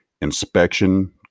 inspection